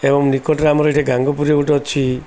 ଏବଂ ନିକଟରେ ଆମର ଏଠି ଗାଙ୍ଗପୁରୀ ଗୋଟେ ଅଛି